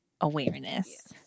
Awareness